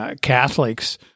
Catholics